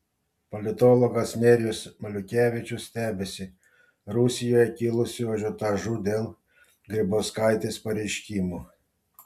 politologas nerijus maliukevičius stebisi rusijoje kilusiu ažiotažu dėl grybauskaitės pareiškimų